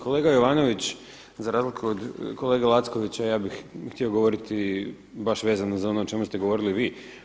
Kolega Jovanović, za razliku od kolege Lackovića, ja bih htio govoriti baš vezano za ono o čemu ste govoriti vi.